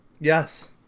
Yes